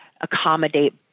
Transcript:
accommodate